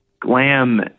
glam